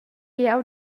jeu